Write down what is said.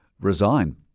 resign